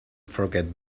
forget